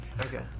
Okay